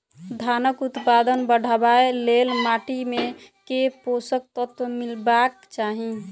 धानक उत्पादन बढ़ाबै लेल माटि मे केँ पोसक तत्व मिलेबाक चाहि?